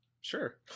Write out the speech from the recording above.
Sure